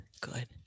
good